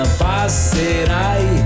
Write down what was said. passerai